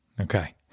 Okay